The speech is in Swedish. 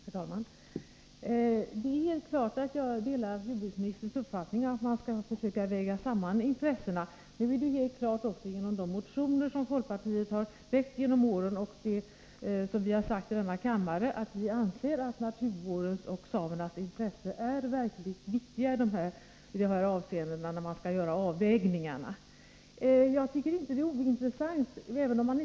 Herr talman! Helt klart delar jag jordbruksministerns uppfattning, att man skall försöka väga samman olika intressen. Av de motioner som folkpartiet har väckt under årens lopp och av det som vi har uttalat i denna kammare framgår det tydligt att vi anser att naturvårdens och samernas intressen är verkligt viktiga i samband med avvägningar. Aktuella fall skall inte diskuteras i denna kammare.